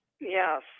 Yes